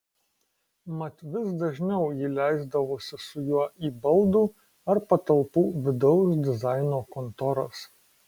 mat vis dažniau ji leisdavosi su juo į baldų ar patalpų vidaus dizaino kontoras